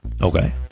Okay